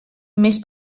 més